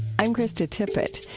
i'm krista tippett.